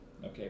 Okay